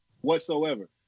Whatsoever